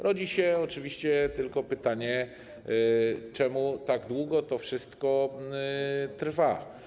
Rodzi się oczywiście tylko pytanie, czemu tak długo to wszystko trwa.